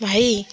ଭାଇ